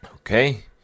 Okay